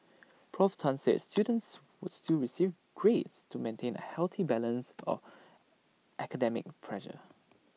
Prof Tan said students would still receive grades to maintain A healthy balance of academic pressure